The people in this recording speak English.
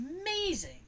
amazing